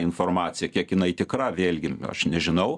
informaciją kiek jinai tikra vėlgi aš nežinau